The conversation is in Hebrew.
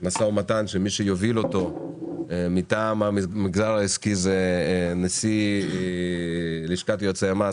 מו"מ שמי שיוביל אותו מטעם המגזר העסקי זה נשיא לשכת יועצי המס,